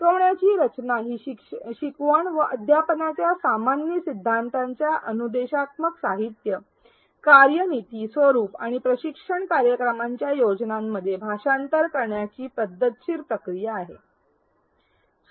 शिकवण्याची रचना ही शिकवण व अध्यापनाच्या सामान्य सिद्धांतांचा अनुदेशात्मक साहित्य कार्यनीती स्वरूप आणि प्रशिक्षण कार्यक्रमांच्या योजनांमध्ये भाषांतर करण्याची पद्धतशीर प्रक्रिया आहे